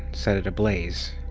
set it ablaze.